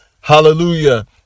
Hallelujah